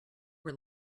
were